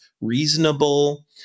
reasonable